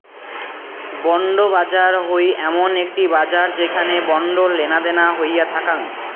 bond বাজার হই এমন একটি বাজার যেখানে বন্ড লেনাদেনা হইয়া থাকাং